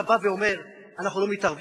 כשאתה בא ואומר: אנחנו לא מתערבים,